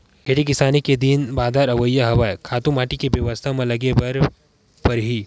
खेती किसानी के दिन बादर अवइया हवय, खातू माटी के बेवस्था म लगे बर परही